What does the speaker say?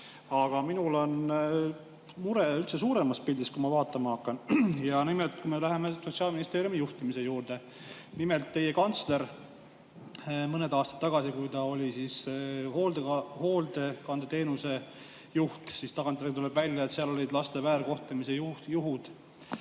Aga minul on mure üldse suuremas pildis, kui ma vaatama hakkan. Ja nimelt, kui me läheme Sotsiaalministeeriumi juhtimise juurde, siis teie kantsler oli mõned aastad tagasi Hoolekandeteenuste juht, ja tagantjärgi tuleb välja, et seal olid laste väärkohtlemise juhud.